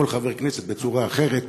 כל חבר כנסת בצורה אחרת,